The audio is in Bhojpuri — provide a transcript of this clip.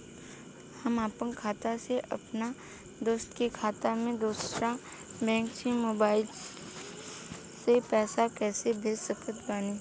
हम आपन खाता से अपना दोस्त के खाता मे दोसर बैंक मे मोबाइल से पैसा कैसे भेज सकत बानी?